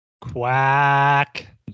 Quack